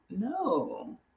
No